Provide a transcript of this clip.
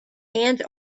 and